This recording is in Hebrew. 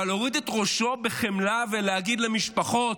אבל להוריד את ראשו בחמלה ולהגיד למשפחות: